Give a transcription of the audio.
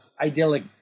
idyllic